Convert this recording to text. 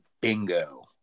Bingo